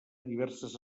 diverses